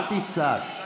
אל תצעק.